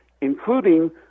including